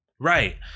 Right